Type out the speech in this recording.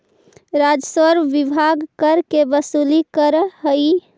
राजस्व विभाग कर के वसूली करऽ हई